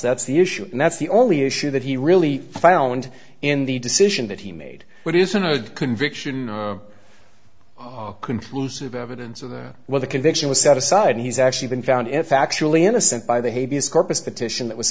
that's the issue and that's the only issue that he really found in the decision that he made but isn't a conviction conclusive evidence of well the conviction was set aside and he's actually been found in factually innocent by the hades corpus petition that was